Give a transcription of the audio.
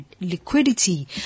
liquidity